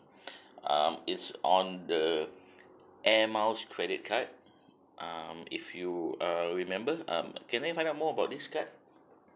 um is on the air miles credit card um if you err remember um can I find out more about this card